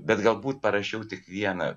bet galbūt parašiau tik vieną